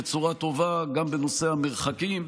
בצורה טובה גם בנושא המרחקים,